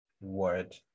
word